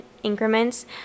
Increments